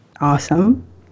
Awesome